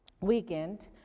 weekend